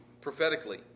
prophetically